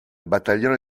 battaglione